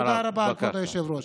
תודה רבה, כבוד היושב-ראש.